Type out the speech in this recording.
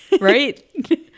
right